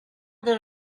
that